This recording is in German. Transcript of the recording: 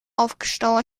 aufgestaut